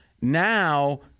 now